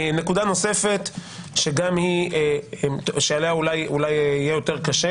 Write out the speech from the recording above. נקודה נוספת חשובה לא פחות